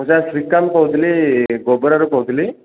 ହଁ ସାର୍ ଶ୍ରୀକାନ୍ତ କହୁଥିଲି ଗୋବରାରୁ କହୁଥିଲି